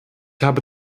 habe